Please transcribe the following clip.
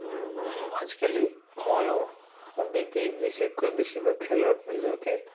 আজিকালি ময়ো বিশেষকৈ বেছিভাগ খেলত নিজকে